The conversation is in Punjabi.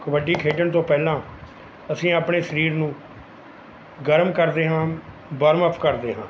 ਕਬੱਡੀ ਖੇਡਣ ਤੋਂ ਪਹਿਲਾਂ ਅਸੀਂ ਆਪਣੇ ਸਰੀਰ ਨੂੰ ਗਰਮ ਕਰਦੇ ਹਾਂ ਵਾਰਮ ਅੱਪ ਕਰਦੇ ਹਾਂ